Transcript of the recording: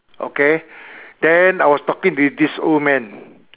okay then I was talking with this old man